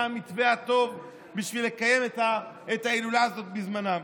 המתווה הטוב בשביל לקיים את ההילולה הזאת בזמנה.